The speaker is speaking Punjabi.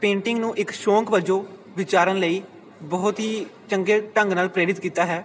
ਪੇਂਟਿੰਗ ਨੂੰ ਇੱਕ ਸ਼ੌਂਕ ਵਜੋਂ ਵਿਚਾਰਨ ਲਈ ਬਹੁਤ ਹੀ ਚੰਗੇ ਢੰਗ ਨਾਲ ਪ੍ਰੇਰਿਤ ਕੀਤਾ ਹੈ